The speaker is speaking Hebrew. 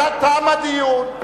תם הדיון.